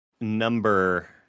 number